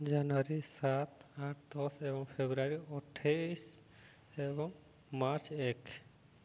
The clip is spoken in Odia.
ଜାନୁଆରୀ ସାତ ଆଠ ଦଶ ଏବଂ ଫେବୃଆରୀ ଅଠେଇଶ ଏବଂ ମାର୍ଚ୍ଚ ଏକ